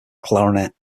clarinet